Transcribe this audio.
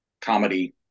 comedy